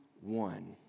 one